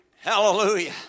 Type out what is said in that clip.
Hallelujah